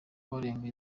abarenga